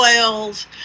oils